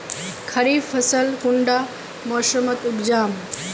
खरीफ फसल कुंडा मोसमोत उपजाम?